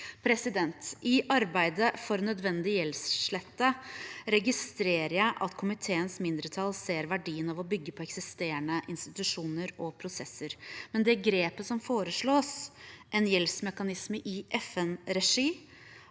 kreditorar». I arbeidet for nødvendig gjeldsslette registrerer jeg at komiteens mindretall ser verdien av å bygge på eksisterende institusjoner og prosesser, men det grepet som foreslås – en gjeldsmekanisme i FN-regi